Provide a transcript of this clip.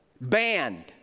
Banned